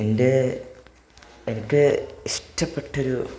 എൻ്റെ എനിക്ക് ഇഷ്ടപ്പെട്ടൊരു